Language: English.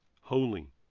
holy